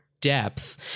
depth